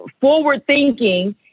forward-thinking